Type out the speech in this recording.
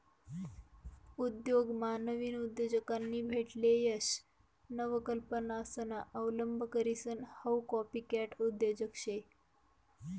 उद्योगमा नाविन उद्योजकांनी भेटेल यश नवकल्पनासना अवलंब करीसन हाऊ कॉपीकॅट उद्योजक शे